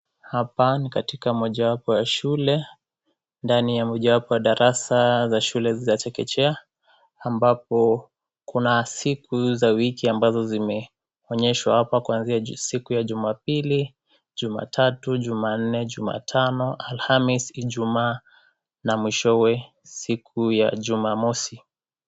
Hapa ni katika moja wapo ya shule, ndani ya moja wapo ya darasa za shule ya chekechea ambapo kuna siku za wiki ambazo zimeonyeshwa hapa kuanzia siku ya jumapili, jumatatu, jumanne, jumatano, alhamisi, ijumaa na mwishowe siku ya jumamosi.